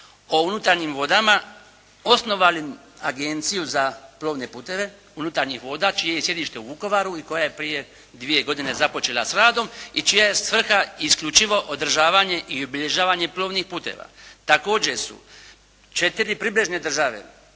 o unutarnjim vodama osnovali Agenciju za plovne putove unutarnjih voda čije je sjedište u Vukovaru i koja je prije dvije godine započela s radom i čija je svrha isključivo održavanje i obilježavanje plovnih putova. Također su četiri pribježne države